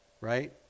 right